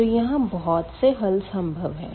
तो यहाँ बहुत से हल संभव है